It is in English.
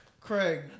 Craig